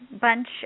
bunch